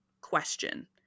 question